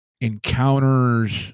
encounters